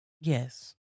yes